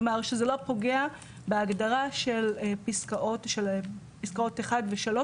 כלומר שזה לא פוגע בפסקאות 1 ו-3,